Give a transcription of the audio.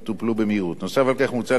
נוסף על כך מוצע לתת לחברה מעמד